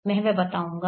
मैं वह बताऊंगा